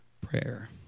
prayer